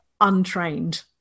untrained